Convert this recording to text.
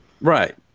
right